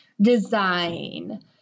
design